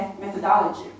methodology